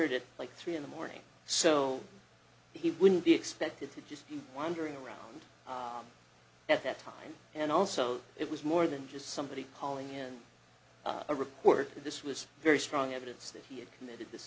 like three in the morning so he wouldn't be expected to just wandering around at that time and also it was more than just somebody calling in a report this was very strong evidence that he had committed this